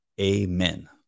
Amen